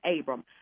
Abram